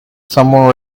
someone